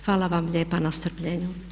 Hvala vam lijepa na strpljenju.